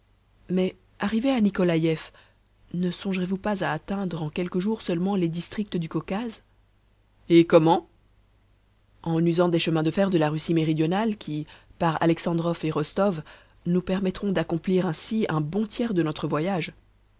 mais arrivé à nikolaief ne songerez vous pas à atteindre en quelques jours seulement les districts du caucase et comment en usant des chemins de fer de la russie méridionale qui par alexandroff et rostow nous permettront d'accomplir ainsi un bon tiers de notre voyage